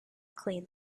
clean